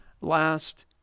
last